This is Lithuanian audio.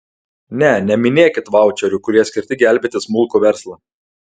ne neminėkit vaučerių kurie skirti gelbėti smulkų verslą